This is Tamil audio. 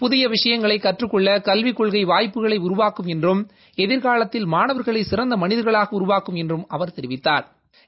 புதிய விஷயங்களை கற்றுக் கொள்ள கல்விக் கொள்கை வாய்ப்புக்களை உருவாகும் என்றும் எதிர்காலத்தில் மாணவா்களை சிறந்த மனிதா்களாக உருவாக்கும் என்றும் அவா் தெரிவித்தாா்